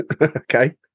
Okay